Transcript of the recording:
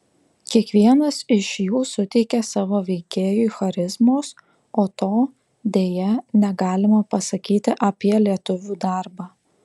kiekvienas iš jų suteikė savo veikėjui charizmos o to deja negalima pasakyti apie lietuvių darbą